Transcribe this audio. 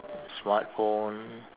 smartphone